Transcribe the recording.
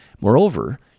Moreover